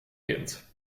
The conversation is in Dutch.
kind